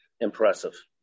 impressive